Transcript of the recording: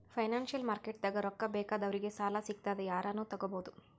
financial ಮಾರ್ಕೆಟ್ದಾಗ್ ರೊಕ್ಕಾ ಬೇಕಾದವ್ರಿಗ್ ಸಾಲ ಸಿಗ್ತದ್ ಯಾರನು ತಗೋಬಹುದ್